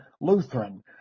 Lutheran